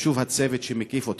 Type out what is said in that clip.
חשוב הצוות שמקיף אותך.